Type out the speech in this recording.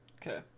Okay